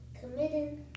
committing